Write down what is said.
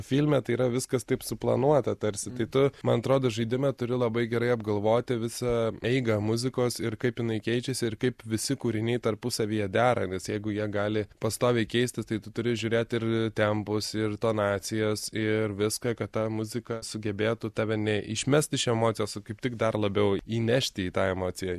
filme tai yra viskas taip suplanuota tarsi tai tu man atrodo žaidime turi labai gerai apgalvoti visą eigą muzikos ir kaip jinai keičiasi ir kaip visi kūriniai tarpusavyje dera nes jeigu jie gali pastoviai keistis tai tu turi žiūrėt ir tempus ir tonacijas ir viską kad ta muzika sugebėtų tave ne išmest iš emocijos o kaip tik dar labiau įnešti į tą emociją